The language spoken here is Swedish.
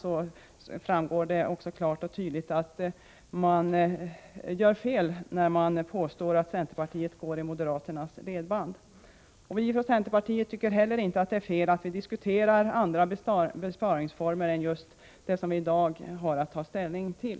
Där framgår det klart och tydligt att man gör fel när man påstår att centerpartiet går i moderaternas ledband. Vi från centerpartiet tycker inte heller att det är fel att diskutera andra besparingsformer än just dem som vi i dag har att ta ställning till.